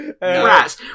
Rats